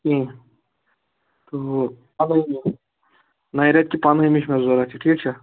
تہٕ پکھ حظ یوٚکُن نیہِ ریٚتۍ کہِ پنٛدہامہِ چھِ مےٚ ضروٗرت ٹھیٖک چھا